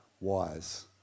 wise